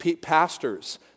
Pastors